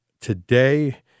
today